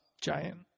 giant